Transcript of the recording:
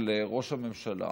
של ראש הממשלה,